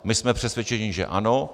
My jsme přesvědčeni, že ano.